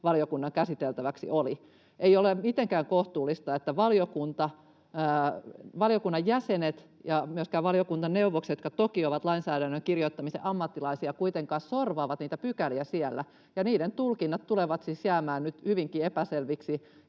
valiokunnan käsiteltäväksi. Ei ole mitenkään kohtuullista että valiokunnan jäsenet ja myöskään valiokuntaneuvokset — jotka toki ovat lainsäädännön kirjoittamisen ammattilaisia — kuitenkaan sorvaavat niitä pykäliä siellä, ja niiden tulkinnat tulevat siis jäämään nyt hyvinkin epäselviksi.